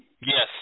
Yes